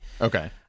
Okay